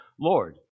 Lord